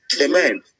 Amen